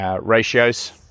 ratios